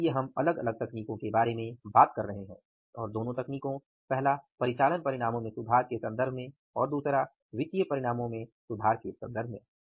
इसलिए हम अलग अलग तकनीकों के बारे में बात कर रहे हैं और दोनों तकनीकों पहला परिचालन परिणामों में सुधार के सन्दर्भ में और दूसरा वित्तीय परिणामों में सुधार के संदर्भ में